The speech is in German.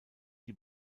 die